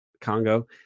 Congo